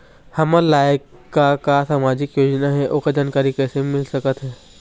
हमर लायक का का सामाजिक योजना हे, ओकर जानकारी कइसे मील सकत हे?